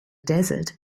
desert